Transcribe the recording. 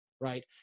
right